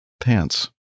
pants